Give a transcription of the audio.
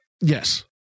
Yes